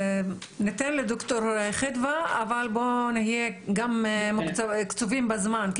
ניתן לדוקטור חדווה אבל בואי נהיה קצובים בזמן,